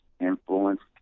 influenced